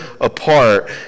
apart